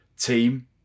team